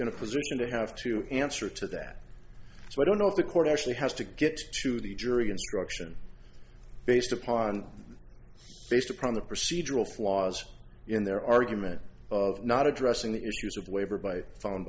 to position to have to answer to that so i don't know if the court actually has to get to the jury instruction based upon based upon the procedural flaws in their argument of not addressing the issues of waiver by